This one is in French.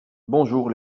bonjour